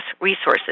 resources